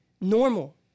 normal